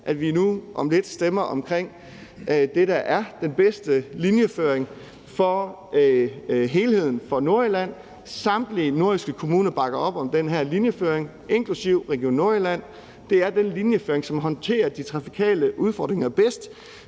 at vi nu om lidt stemmer om det, der er den bedste linjeføring som helhed for Nordjylland. Samtlige nordjyske kommuner bakker op om den her linjeføring, inklusive Region Nordjylland. Det er den linjeføring, som håndterer de trafikale udfordringer bedst.